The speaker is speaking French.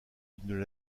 d’une